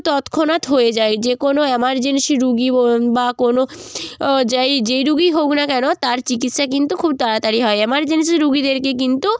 তৎক্ষণাৎ হয়ে যায় যে কোনো ইমার্জেন্সি রোগী বা কোনো যাই যেই রোগীই হোক না কেন তার চিকিৎসা কিন্তু খুব তাড়াতাড়ি হয় ইমার্জেন্সি রোগীদেরকে কিন্তু